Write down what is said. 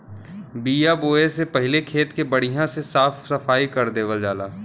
बिया बोये से पहिले खेत के बढ़िया से साफ सफाई कर देवल जाला